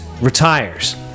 retires